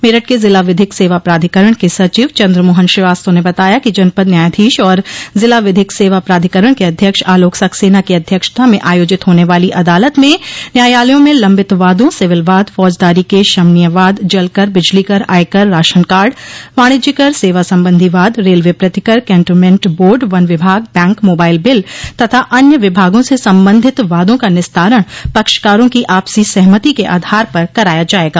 मेरठ के जिला विधिक सेवा प्राधिकरण के सचिव चन्द्र मोहन श्रीवास्तव ने बताया कि जनपद न्यायाधीश और जिला विधिक सेवा प्राधिकरण के अध्यक्ष आलोक सक्सेना की अध्यक्षता में आयोजित होने वाली अदालत में न्यायालयों में लम्बित वादों सिविल वाद फौजदारी के शमनीय वाद जलकर बिजलीकर आयकर राशनकार्ड वाणिज्यकर सेवा संबंधी वाद रेलवे प्रतिकर कैंटोमेंट बोर्ड वन विभाग बैंक मोबाइल बिल तथा अन्य विभागों से संबंधित वादों का निस्तारण पक्षकारों की आपसी सहमति के आधार पर कराया जायेगा